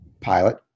pilot